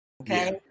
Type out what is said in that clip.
Okay